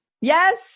Yes